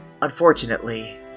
Unfortunately